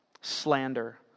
slander